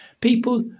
People